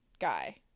guy